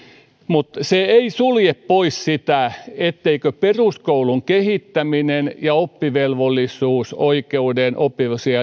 mutta se ei sulje pois sitä etteikö peruskoulun kehittäminen ja oppivelvollisuusoikeuden oppivelvollisuusiän